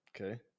Okay